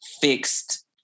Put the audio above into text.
fixed